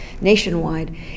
nationwide